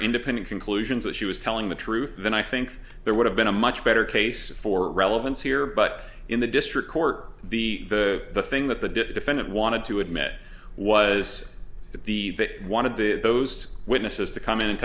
independent conclusions that she was telling the truth then i think there would have been a much better case for relevance here but in the district court the the thing that the defendant wanted to admit was the one of the those witnesses to come in and